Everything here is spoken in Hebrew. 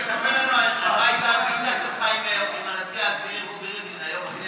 תספר על מה הייתה הפגישה שלך עם הנשיא העשירי רובי ריבלין היום בכנסת.